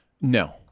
No